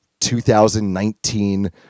2019